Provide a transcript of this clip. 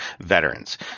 veterans